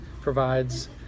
provides